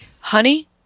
Honey